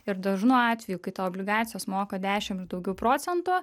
ir dažnu atveju kai tau obligacijos moka dešim ir daugiau procentų